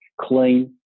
clean